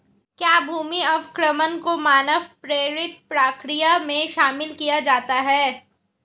क्या भूमि अवक्रमण को मानव प्रेरित प्रक्रिया में शामिल किया जाता है?